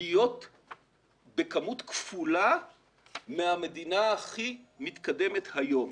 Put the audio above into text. להיות בכמות כפולה מהמדינה הכי מתקדמת היום.